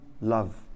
love